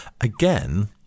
Again